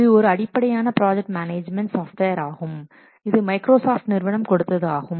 இது ஒரு அடிப்படையான ப்ராஜெக்ட் மேனேஜ்மென்ட் சாஃப்ட்வேர் ஆகும் இது மைக்ரோசாப்ட் நிறுவனம் கொடுத்தது ஆகும்